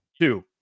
two